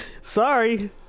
Sorry